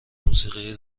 موسیقی